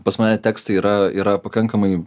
pas mane tekstai yra yra pakankamai